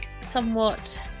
somewhat